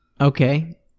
Okay